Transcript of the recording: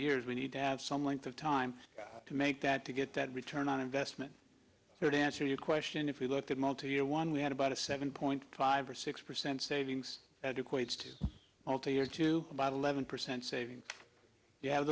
years we need to have some length of time to make that to get that return on investment here to answer your question if we look at multiyear one we had about a seven point five or six percent savings that equates to alter your two by eleven percent saving you have